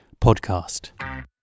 PODCAST